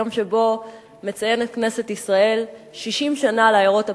יום שבו מציינת כנסת ישראל 60 שנה לעיירות הפיתוח.